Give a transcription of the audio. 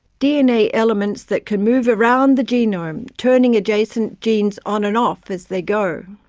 dna elements that can move around the genome, turning adjacent genes on and off as they go.